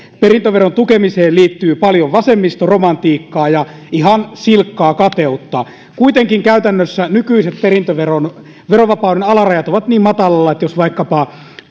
perintöveron tukemiseen liittyy paljon vasemmistoromantiikkaa ja ihan silkkaa kateutta kuitenkin käytännössä nykyiset perintöveron verovapauden alarajat ovat niin matalalla että jos vaikkapa